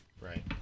right